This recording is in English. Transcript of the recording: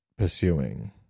pursuing